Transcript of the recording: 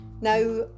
Now